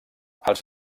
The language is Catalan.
els